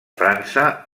frança